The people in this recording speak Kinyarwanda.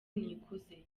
nikuze